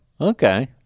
Okay